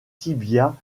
tibias